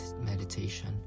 meditation